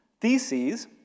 theses